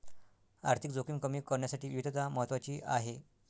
आर्थिक जोखीम कमी करण्यासाठी विविधता महत्वाची आहे